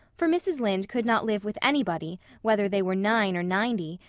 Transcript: for mrs. lynde could not live with anybody, whether they were nine or ninety,